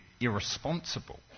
irresponsible